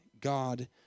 God